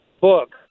book